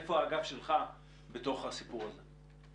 איפה האגף שלך בסיפור הזה?